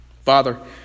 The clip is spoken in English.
Father